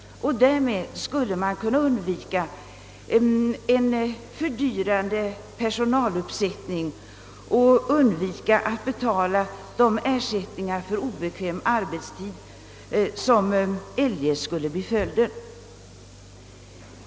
Därmed skulle man kunna undvika en fördyrande personaluppsättning och slippa att betala ersättning för obekväm arbetstid, som eljest skulle bli följden.